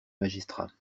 magistrats